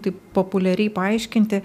taip populiariai paaiškinti